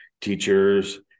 teachers